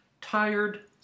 Tired